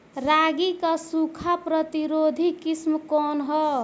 रागी क सूखा प्रतिरोधी किस्म कौन ह?